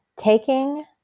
Taking